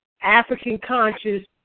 African-conscious